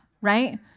Right